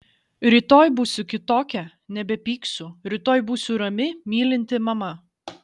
rytoj būsiu kitokia nebepyksiu rytoj būsiu rami mylinti mama